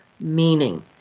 meaning